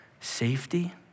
safety